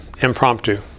impromptu